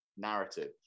narrative